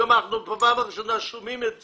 היום אנחנו בפעם הראשונה שומעים על זה.